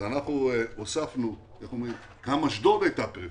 גם אשדוד היתה פריפריה,